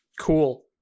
cool